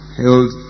held